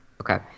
Okay